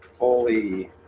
holy